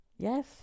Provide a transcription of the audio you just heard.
Yes